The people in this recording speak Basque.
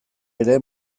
ere